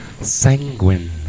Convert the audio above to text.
Sanguine